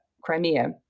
Crimea